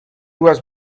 was